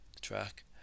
track